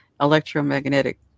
electromagnetic